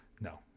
No